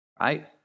right